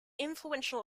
influential